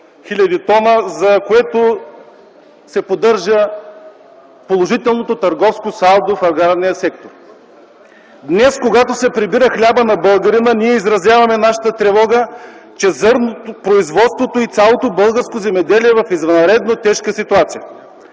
хил. т, с което се поддържа положителното търговско салдо в аграрния сектор. Днес, когато се прибира хлябът на българина, ние изразяваме нашата тревога, че зърнопроизводството и цялото българско земеделие е в извънредно тежка ситуация.